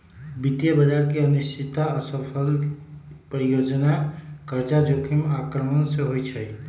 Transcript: वित्तीय बजार की अनिश्चितता, असफल परियोजना, कर्जा जोखिम आक्रमण से होइ छइ